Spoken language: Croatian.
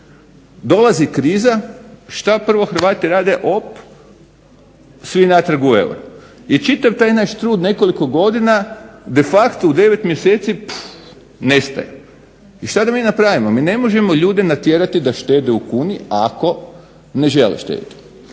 Dolazi kriza, što prvo Hrvati rade? Op svi natrag u euro. I čitav naš taj trud nekoliko godina de facto u devet mjeseci puff nestaje. I što da mi napravimo? Mi ne možemo ljude natjerati da štede u kuni ako ne žele štediti.